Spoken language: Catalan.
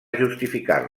justificar